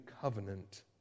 covenant